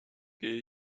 gehe